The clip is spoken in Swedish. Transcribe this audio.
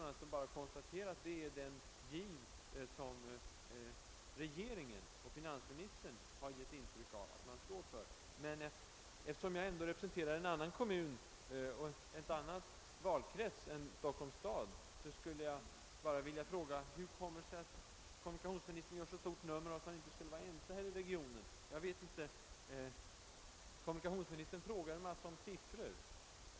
Jag vill bara konstatera att finansministern och regeringen har givit intryck av att man står för denna giv. Eftersom jag representerar en annan kommun och en annan valkrets än Stockholms stad skulle jag emellertid vilja fråga hur det kommer sig att kommunikationsministern gör ett så stort nummer av att kommunerna här i regionen inte skulle vara ense. Kommunikationsministern ställer en mängd frågor om siffror.